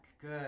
good